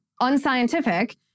unscientific